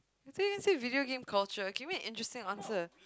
you see you see video game culture can you give me interesting answer